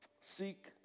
Seek